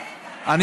רגע, רגע, רגע.